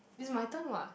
is my turn [what]